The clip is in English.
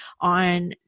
on